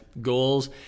goals